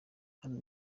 hano